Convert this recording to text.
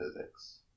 physics